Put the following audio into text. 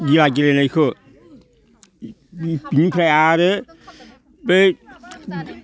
गिला गेलेनायखो बिनिफ्राय आरो बै